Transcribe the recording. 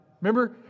Remember